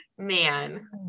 man